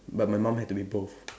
but my mum had to be both